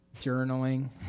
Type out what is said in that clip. journaling